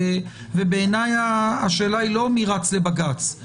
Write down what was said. ובעיני השאלה לא מי רץ לבג"ץ,